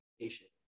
patient